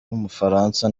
w’umufaransa